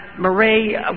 Marie